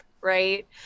right